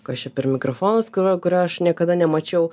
kas čia per mikrofonas kurio kurio aš niekada nemačiau